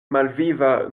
malviva